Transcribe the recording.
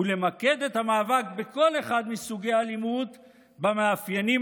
ולמקד את המאבק בכל אחד מסוגי האלימות במאפיינים